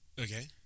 Okay